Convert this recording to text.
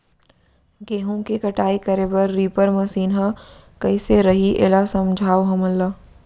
गेहूँ के कटाई करे बर रीपर मशीन ह कइसे रही, एला समझाओ हमन ल?